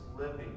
living